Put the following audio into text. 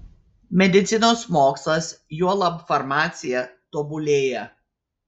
medicinos mokslas juolab farmacija tobulėja